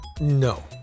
No